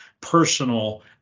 personal